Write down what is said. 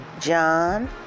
john